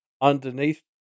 underneath